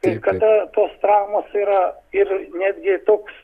ir kada tos traumos yra ir netgi toks